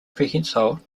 prehensile